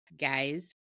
Guys